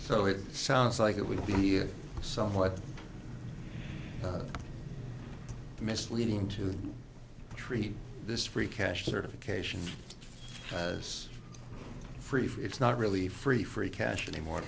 so it sounds like it would be somewhat misleading to treat this free cash certification as free for it's not really free free cash an